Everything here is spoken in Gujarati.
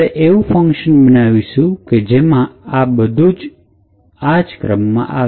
આપણે એવું ફંકશન બનાવીશું કે જેમાં આ બધું જ ઇન્સ્ટ્રક્શન આ ક્રમમાં આવે